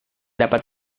dapat